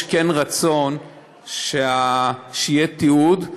יש רצון שיהיה תיעוד,